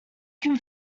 can